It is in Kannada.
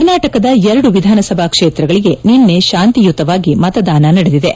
ಕರ್ನಾಟಕದ ಎರಡು ವಿಧಾನಸಭಾ ಕ್ಷೇತ್ರಗಳಗೆ ನಿನ್ನೆ ಶಾಂತಿಯುತವಾಗಿ ಮತದಾನ ನಡೆಯಿತು